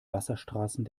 wasserstraßen